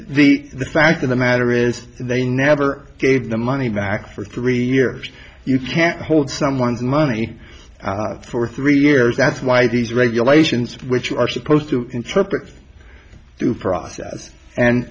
the the fact of the matter is they never gave the money back for three years you can't hold someone's money for three years that's why these regulations which are supposed to interpret due process and